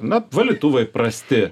na valytuvai prasti